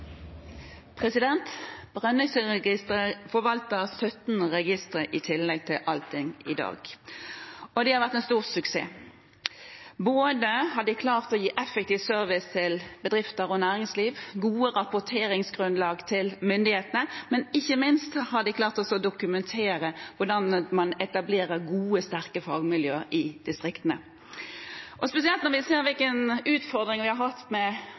replikkordskifte. Brønnøysundregistrene forvalter 17 registre, i tillegg til Altinn, i dag. De har vært en stor suksess. De har klart å gi både effektiv service til bedrifter og næringsliv og gode rapporteringsgrunnlag for myndighetene, men ikke minst har de også klart å dokumentere hvordan man etablerer gode og sterke fagmiljø i distriktene. Spesielt når vi ser hvilke utfordringer vi har hatt med